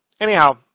Anyhow